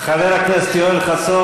חבר הכנסת יואל חסון,